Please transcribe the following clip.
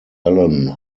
allen